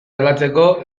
aldatzeko